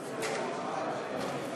נתקבלו.